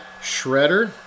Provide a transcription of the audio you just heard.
Shredder